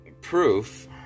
Proof